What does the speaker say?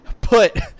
put